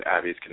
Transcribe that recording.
Abby's